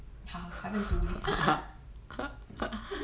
haven't 读 leh